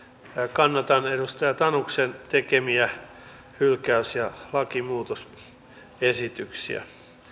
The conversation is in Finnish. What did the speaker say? kannatan edustaja tanuksen tekemiä hylkäys ja lakimuutosesityksiä